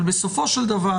אבל בסופו של דבר,